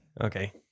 Okay